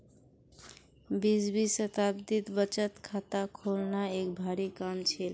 बीसवीं शताब्दीत बचत खाता खोलना एक भारी काम छील